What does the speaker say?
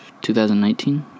2019